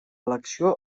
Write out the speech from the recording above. elecció